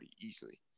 easily